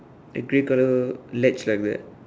a grey colour ledge like that